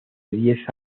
diez